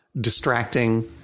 distracting